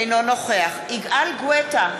אינו נוכח יגאל גואטה,